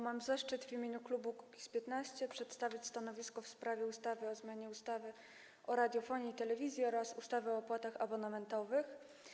Mam zaszczyt w imieniu klubu Kukiz’15 przedstawić stanowisko w sprawie ustawy o zmianie ustawy o radiofonii i telewizji oraz ustawy o opłatach abonamentowych.